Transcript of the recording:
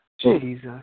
Jesus